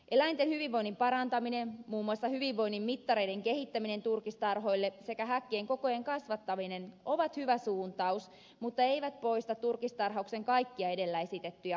eläinten hyvinvoinnin parantaminen muun muassa hyvinvoinnin mittareiden kehittäminen turkistarhoille sekä häkkien kokojen kasvattaminen ovat hyvä suuntaus mutta eivät poista turkistarhauksen kaikkia edellä esitettyjä ongelmia